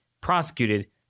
prosecuted